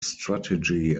strategy